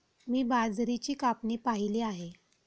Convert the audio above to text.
मी बाजरीची कापणी पाहिली आहे